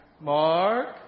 Mark